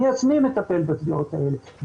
אני עצמי מטפל בתביעות האלה.